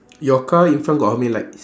your car in front got how many lights